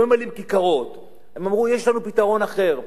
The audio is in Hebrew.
לא ממלאים כיכרות, הם אמרו: יש לנו פתרון אחר.